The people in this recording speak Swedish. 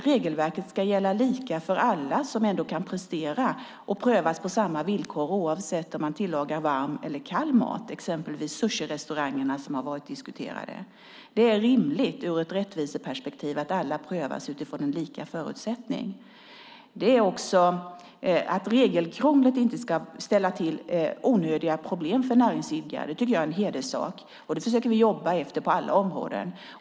Regelverket ska gälla lika för alla som kan prestera och alla ska prövas på samma villkor oavsett om man tillagar varm eller kall mat. Sushirestaurangerna har till exempel diskuterats. Det är ur ett rättviseperspektiv rimligt att alla prövas utifrån samma förutsättningar. Att regelkrånglet inte ska ställa till onödiga problem för näringsidkare tycker jag är en hederssak. Det försöker vi jobba efter på alla områden.